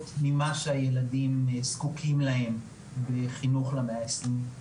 ממה שהילדים זקוקים להם בחינוך למאה העשרים.